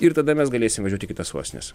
ir tada mes galėsim važiuot į kitas sostines